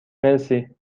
مرسی